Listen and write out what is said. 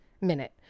minute